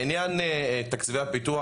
לעניין תקציבי הפיתוח,